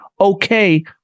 okay